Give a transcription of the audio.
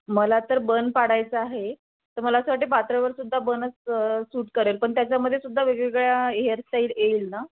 मला तर बन पाडायचं आहे तर मला असं वाटते पातळवरसुद्धा बनच सूट करेल पन त्याच्यामध्ये सुुद्धा वेगवेगळ्या हेअरस्टाईल येईल ना